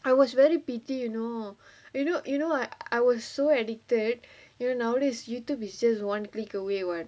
it was very pity you know you know you know I I was so addicted you know nowadays YouTube is just one click away [what]